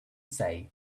say